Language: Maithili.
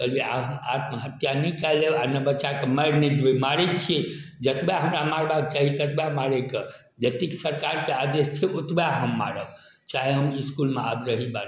तऽ कहलिए आब हम आत्महत्या नहि कऽ लेब आओर नहि बच्चाके मारि नहि देबै मारै छिए जतबा हमरा मारबाके चाही ततबा मारैके जतेक सरकारके आदेश छै ओतबै हम मारब चाहे हम इसकुलमे आब रही वा नहि रही